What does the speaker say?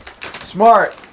Smart